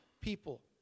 people